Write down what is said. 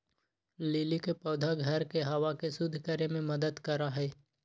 lily के पौधा घर के हवा के शुद्ध करे में मदद करा हई